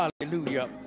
Hallelujah